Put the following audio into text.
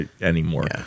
anymore